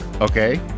okay